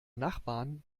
nachbarn